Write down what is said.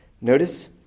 notice